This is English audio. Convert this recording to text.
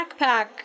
backpack